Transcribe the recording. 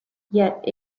yet